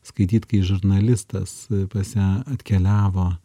skaityt kai žurnalistas pas ją atkeliavo